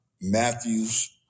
Matthews